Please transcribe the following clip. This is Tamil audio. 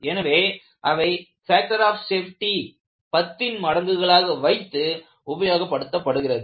எனவே அவை ஃபேக்டர் ஆப் சேஃப்டி பத்தின் மடங்குகளாக வைத்து உபயோகப்படுத்தப்படுகிறது